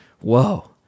whoa